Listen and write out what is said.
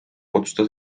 otsustas